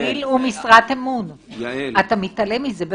גיל הוא משרת אמון, אתה מתעלם מזה.